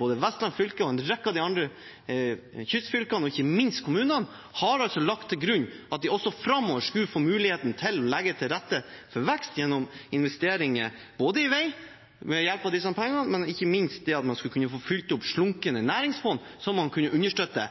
både Vestland fylke og en rekke av de andre kystfylkene og ikke minst kommunene har lagt til grunn at de også framover skulle få muligheten til å legge til rette for vekst gjennom investeringer i vei ved hjelp av disse pengene, og ikke minst få fylt opp slunkne næringsfond som kunne understøtte